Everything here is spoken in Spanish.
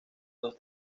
dos